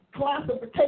classification